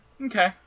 Okay